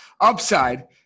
Upside